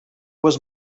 was